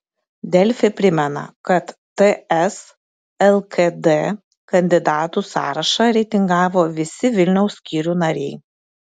delfi primena kad ts lkd kandidatų sąrašą reitingavo visi vilniaus skyrių nariai